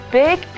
big